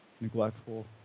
neglectful